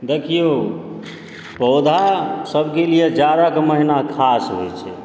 देखिऔ पौधासभकेँ लिय जाड़ाक महीना खास होइत छै